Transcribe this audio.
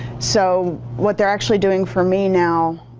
so what they're actually doing for me now,